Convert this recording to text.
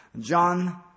John